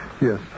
Yes